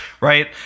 Right